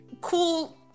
cool